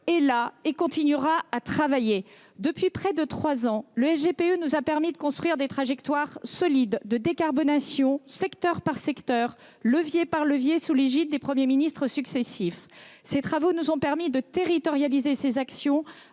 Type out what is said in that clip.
est là et continuera à travailler. Depuis près de trois ans, cette instance nous a permis de construire des trajectoires solides de décarbonation, secteur par secteur, levier par levier, sous l’égide des Premiers ministres successifs. Ces travaux nous ont permis de territorialiser ces actions